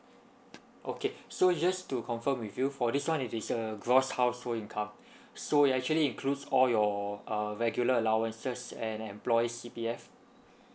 okay so just to confirm with you for this one it is the gross household income so it actually includes all your uh regular allowances and employed C_P_F